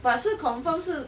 but 是 confirm 是